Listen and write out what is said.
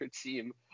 team